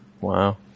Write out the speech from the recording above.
Wow